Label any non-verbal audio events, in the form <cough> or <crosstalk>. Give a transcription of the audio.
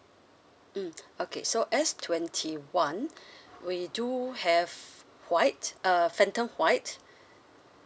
mm okay so S twenty one <breath> we do have white uh phantom white